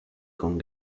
con